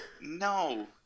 no